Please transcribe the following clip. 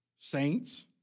Saints